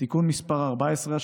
(תיקון מס' 14),